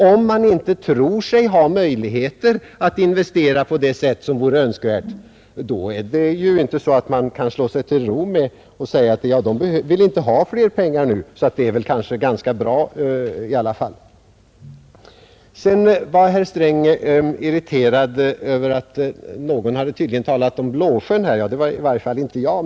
Om företagen inte tror sig ha möjligheter att investera på det sätt som vore önskvärt, då kan man ju inte slå sig till ro med att säga att de inte vill ha mer pengar nu, och att läget kanske är ganska bra i alla fall. Herr Sträng var irriterad över att någon tydligen hade talat om Blåsjön — det var i varje fall inte jag.